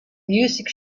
music